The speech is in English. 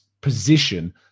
position